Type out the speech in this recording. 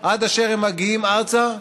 עד אשר הם מגיעים ארצה.